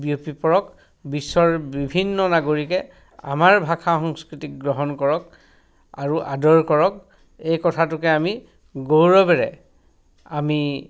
বিয়পি পৰক বিশ্বৰ বিভিন্ন নাগৰিকে আমাৰ ভাখা সংস্কৃতিক গ্ৰহণ কৰক আৰু আদৰ কৰক এই কথাটোকে আমি গৌৰৱেৰে আমি